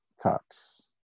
thoughts